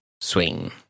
swing